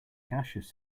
gaseous